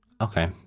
Okay